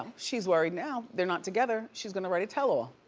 she's worried now. they're not together. she's gonna write a tell-all.